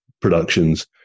Productions